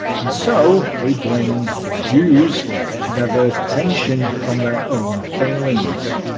and so they blamed the jews to divert attention from their own failings.